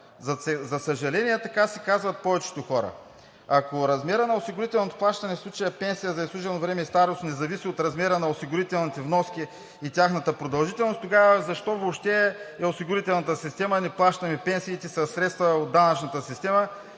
За съжаление, така си казват повечето хора. Ако размерът на осигурителното плащане, в случая пенсия за изслужено време и старост, не зависи от размера на осигурителните вноски и тяхната продължителност, тогава защо въобще е осигурителната система, а не плащаме пенсиите със средства от данъчната система